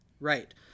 Right